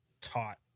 taught